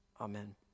amen